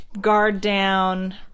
guard-down